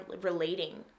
relating